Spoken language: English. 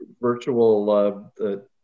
virtual